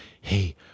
hey